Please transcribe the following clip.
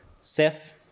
Seth